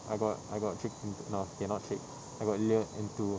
I got I got tricked into no okay not tricked I got lured into